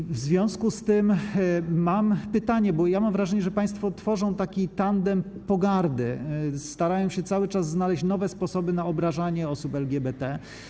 I w związku z tym mam pytanie, bo mam wrażenie, że państwo tworzą taki tandem pogardy, starają się cały czas znaleźć nowe sposoby na obrażanie osób LGBT.